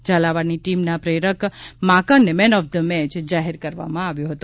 ઝાલાવાડની ટીમના પ્રેરક માંકડને મેન ઓફ ધ મેચ જાહેર કરવામાં આવ્યો હતો